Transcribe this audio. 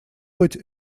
быть